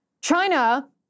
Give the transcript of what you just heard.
China